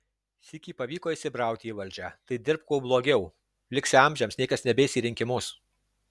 sykį pavyko įsibrauti į valdžią tai dirbk kuo blogiau liksi amžiams niekas nebeis į rinkimus